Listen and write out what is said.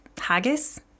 haggis